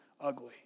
ugly